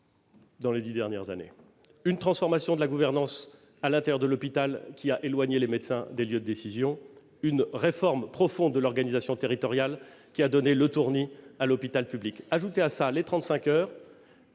dans les dix dernières années, une transformation de la gouvernance à l'intérieur de l'hôpital qui a éloigné les médecins des lieux de décisions, une réforme profonde de l'organisation territoriale qui a donné le tournis à l'hôpital public. Ajoutez à cela les 35 heures